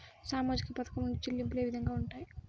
సామాజిక పథకం నుండి చెల్లింపులు ఏ విధంగా ఉంటాయి?